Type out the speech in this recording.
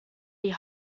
die